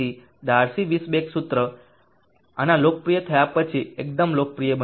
તેથી Darcy - Weisbach સૂત્ર આના લોકપ્રિય થયા પછી એકદમ લોકપ્રિય બન્યું